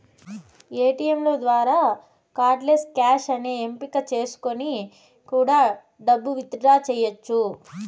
ఏటీయంల ద్వారా cardless cash అనే ఎంపిక చేసుకొని కూడా డబ్బు విత్ డ్రా చెయ్యచ్చు